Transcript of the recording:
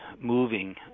moving